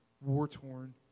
war-torn